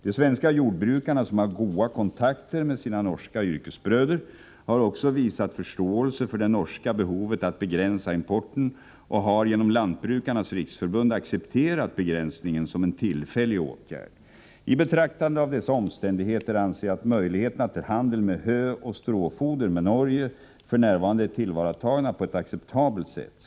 De svenska jordbrukarna som har goda kontakter med sina norska yrkesbröder har också visat förståelse för det norska behovet att begränsa importen och har genom Lantbrukarnas riksförbund accepterat begränsningen som en tillfällig åtgärd. I betraktande av dessa omständigheter anser jag att möjligheterna till handel med hö och stråfoder med Norge f.n. är tillvaratagna på ett acceptabelt sätt.